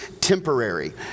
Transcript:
temporary